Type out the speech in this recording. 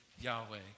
Yahweh